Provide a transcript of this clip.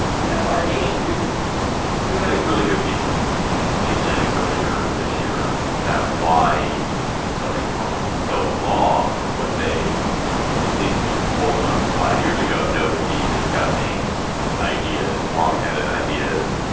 you know, our nation you you had a really good piece in the atlantic earlier this year about why so many republicans go along with what they at least if you told them five years ago, no, to be disgusting ideas, wrongheaded ideas,